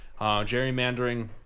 Gerrymandering